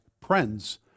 Prince